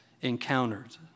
encountered